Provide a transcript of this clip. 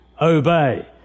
obey